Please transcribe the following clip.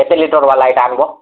କେତେ ଲିଟର୍ ବାଲା ଏଇଟା ଆନ୍ବ